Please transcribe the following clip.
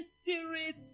spirit